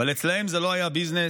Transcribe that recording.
אבל אצלם זה לא היה ביזנס,